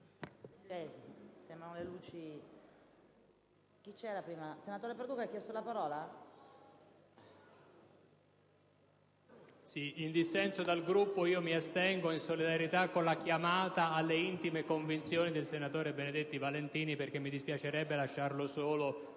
In dissenso dal Gruppo mi astengo, in solidarietà con la chiamata alle intime convinzioni del senatore Benedetti Valentini perché mi dispiacerebbe lasciarlo solo